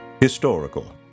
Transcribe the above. historical